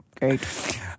Great